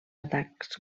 atacs